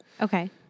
Okay